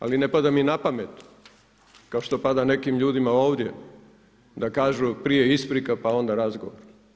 Ali ne pada mi na pamet kao što pada nekim ljudima ovdje da kažu, prije isprika pa onda razgovor.